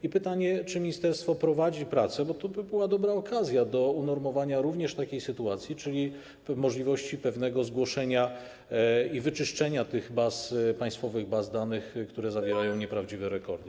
I pytanie, czy ministerstwo prowadzi prace, bo to by była dobra okazja do unormowania również takiej sytuacji, czyli możliwości pewnego zgłoszenia i wyczyszczenia państwowych baz danych, które zawierają nieprawdziwe rekordy.